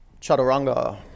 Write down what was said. Chaturanga